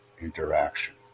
interaction